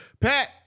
Pat